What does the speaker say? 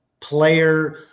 player